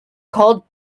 called